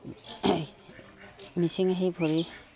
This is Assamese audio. মেচিন আহি ভৰি